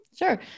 Sure